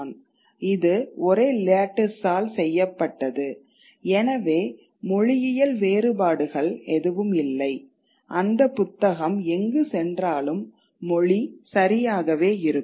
இது ஒரே லேட்டிஸ்ஸால் செய்யப்பட்டது எனவே மொழியியல் வேறுபாடுகள் எதுவும் இல்லை அந்த புத்தகம் எங்கு சென்றாலும் மொழி சரியாகவே இருக்கும்